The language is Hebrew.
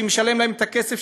שמשלם להם את הכסף,